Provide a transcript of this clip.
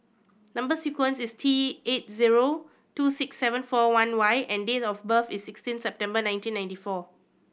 number sequence is T eight zero two six seven four one Y and date of birth is sixteen September nineteen ninety four